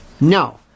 No